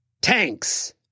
Tanks